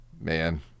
man